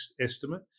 estimate